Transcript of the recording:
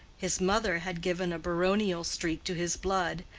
his mother had given a baronial streak to his blood,